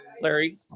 Larry